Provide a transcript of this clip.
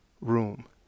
room